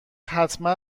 حتما